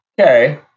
Okay